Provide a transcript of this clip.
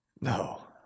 No